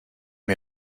mir